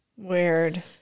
Weird